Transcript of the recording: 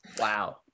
Wow